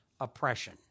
oppression